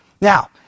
now